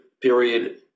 period